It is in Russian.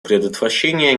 предотвращения